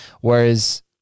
whereas